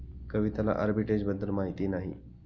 कविताला आर्बिट्रेजबद्दल माहिती नाही